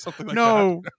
no